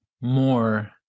more